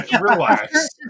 relax